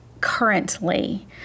currently